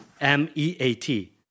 M-E-A-T